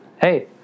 hey